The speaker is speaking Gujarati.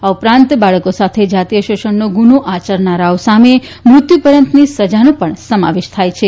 આ ઉપરાંત બાળકો સાથે જાતિય શોષણનો ગુનો આ યરનારાઓ સામે મૃત્યુ પર્યન્તની સજાનો પણ સમાવેશ થાય છે